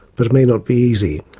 but it may not be easy.